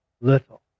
little